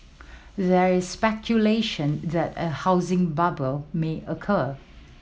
there is speculation that a housing bubble may occur